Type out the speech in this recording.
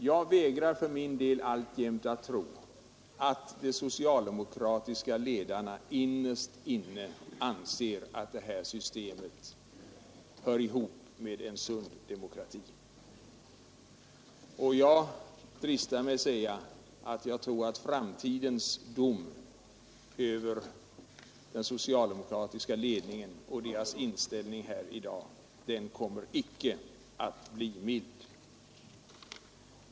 För min del vägrar jag alltjämt att tro att de socialdemokratiska ledarna innerst inne anser att systemet med kollektivanslutning hör ihop med en sund demokrati. Jag dristar mig tro att framtidens dom över den socialdemokratiska ledningens inställning här i dag i denna fråga inte kommer att bli mild.